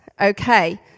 okay